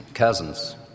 Cousins